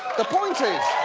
the point is